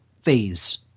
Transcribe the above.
phase